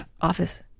Office